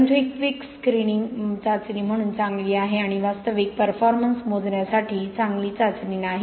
परंतु हे quick screening चाचणी म्हणून चांगले आहे आणि वास्तविक परफॉर्मन्स मोजण्यासाठी चांगली चाचणी नाही